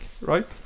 right